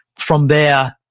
from there,